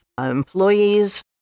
employees